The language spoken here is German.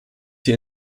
hier